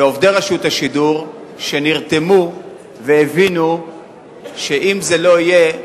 ועובדי רשות השידור שנרתמו והבינו שאם זה לא יהיה,